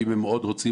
אם הם מאוד רוצים,